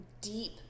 deep